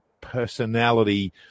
personality